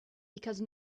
because